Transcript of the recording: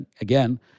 again